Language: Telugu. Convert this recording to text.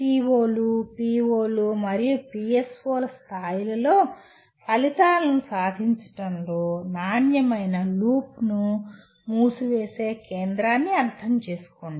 CO లు PO లు మరియు PSO ల స్థాయిలలో ఫలితాలను సాధించడంలో నాణ్యమైన లూప్ను మూసివేసే కేంద్రాన్ని అర్థం చేసుకోండి